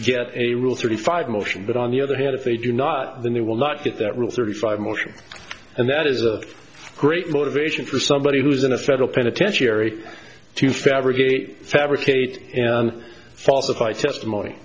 get a rule thirty five motion but on the other hand if they do not then they will not get that rule thirty five more and that is a great motivation for somebody who's in a federal penitentiary to fabricate fabricate and falsify testimony